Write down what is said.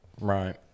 Right